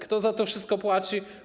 Kto za to wszystko zapłaci?